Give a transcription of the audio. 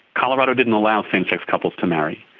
colorado didn't allow same-sex couples to marry.